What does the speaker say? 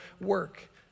work